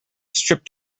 strip